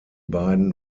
beiden